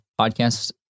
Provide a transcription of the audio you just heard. podcasts